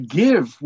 give